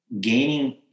gaining